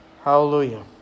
Hallelujah